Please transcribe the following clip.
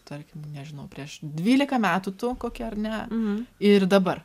tarkim nežinau prieš dvylika metų tu kokia ar ne ir dabar